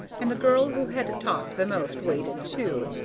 and the girl who had talked the most waited too,